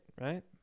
right